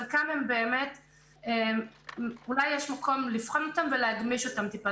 חלקם באמת אולי יש מקום לבחון אותם ולהגמיש אותם טיפה.